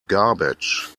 garbage